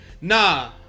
nah